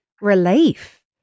relief